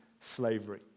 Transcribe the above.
slavery